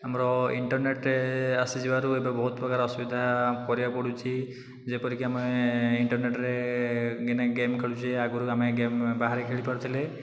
ଆମର ଇଣ୍ଟର୍ନେଟ ଆସି ଯିବାରୁ ଏବେ ବହୁତ ପ୍ରକାର ଅସୁବିଧା କରିବାକୁ ପଡ଼ୁଛି ଯେପରିକି ଆମେ ଇଣ୍ଟର୍ନେଟ୍ରେ ଗେମ୍ ଖେଳୁଛେ ଆଗରୁ ଆମେ ଗେମ୍ ବାହାରେ ଖେଳିପାରୁଥିଲେ